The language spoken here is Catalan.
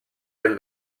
del